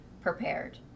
prepared